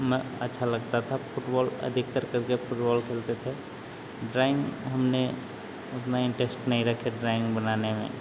म अच्छा लगता था फुटबोल अधिकतर क्योंकि फुटबोल खेलते थे ड्राइंग हमने उतना इन्टेस्ट नहीं रक्खे ड्राइंग बनाने में